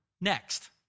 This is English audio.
next